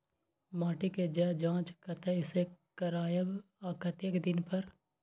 माटी के ज जॉंच कतय से करायब आ कतेक दिन पर?